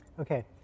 Okay